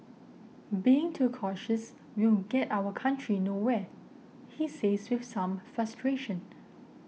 being too cautious will get our country nowhere he says with some frustration